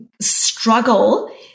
Struggle